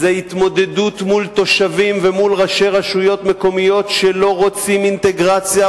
זו התמודדות מול תושבים ומול ראשי רשויות מקומיות שלא רוצים אינטגרציה,